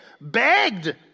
begged